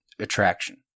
Attraction